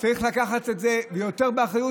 צריך לקחת את זה יותר באחריות.